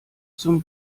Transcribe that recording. zum